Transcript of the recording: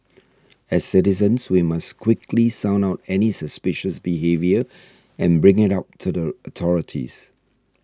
as citizens we must quickly sound out any suspicious behaviour and bring it up to the authorities